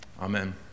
Amen